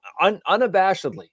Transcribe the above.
Unabashedly